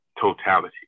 totality